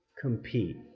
compete